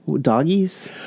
Doggies